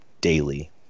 daily